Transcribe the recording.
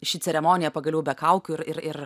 ši ceremonija pagaliau be kaukių ir ir ir